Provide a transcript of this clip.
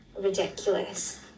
ridiculous